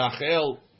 Rachel